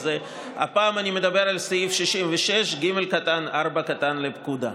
אז הפעם אני מדבר על סעיף 66(ג)(4) לפקודה.